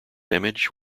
image